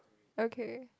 okay